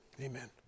Amen